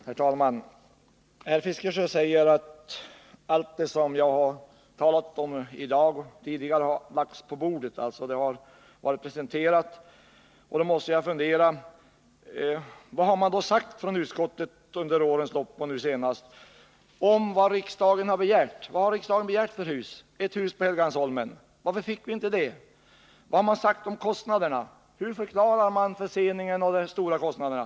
Herr talman! Herr Fiskesjö säger att allt det som jag har talat om i dag och tidigare har lagts på bordet, dvs. att det har presenterats. Då måste jag fråga: Vad har man sagt i utskottet under årens lopp och nu senast om vad riksdagen har begärt? Vad har riksdagen begärt för hus? Jo, ett hus på Helgeandsholmen. Varför fick vi inte det? Vad har man sagt om kostnaderna? Hur förklarar man förseningen och de stora kostnaderna?